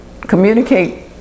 communicate